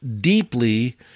deeply